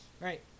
right